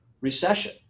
recession